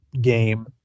game